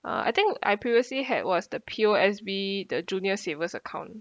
uh I think I previously had was the P_O_S_B the junior savers account